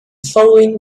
following